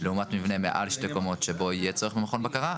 לעומת מבנה מעל שתי קומות שבו יהיה צורך במכון בקרה.